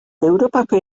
europako